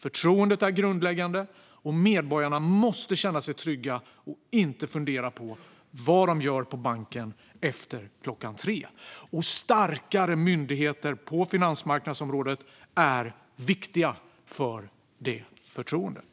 Förtroendet är grundläggande; medborgarna måste känna sig trygga och inte fundera på vad man gör på banken efter klockan tre. Starkare myndigheter på finansmarknadsområdet är viktiga för det förtroendet.